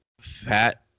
fat